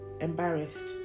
embarrassed